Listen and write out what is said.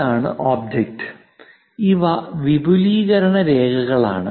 ഇതാണ് ഒബ്ജക്റ്റ് ഇവ വിപുലീകരണ രേഖകളാണ്